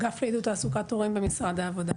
אגף לעידוד תעסוקת הורים במשרד העבודה.